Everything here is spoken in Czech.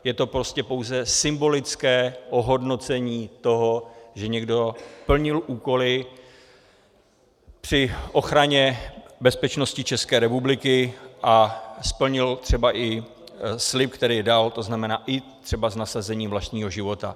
Je to prostě pouze symbolické ohodnocení toho, že někdo plnil úkoly při ochraně bezpečnosti České republiky a splnil třeba i slib, který dal, to znamená i třeba s nasazením vlastního života.